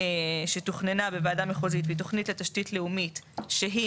שתוכננה בוועדה המחוזית והיא תכנית לתשתית לאומית שהיא